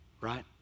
right